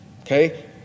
okay